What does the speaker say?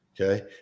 Okay